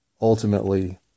Ultimately